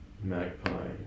magpie